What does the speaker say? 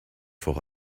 for